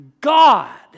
God